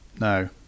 no